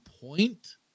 point